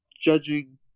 judging